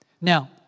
Now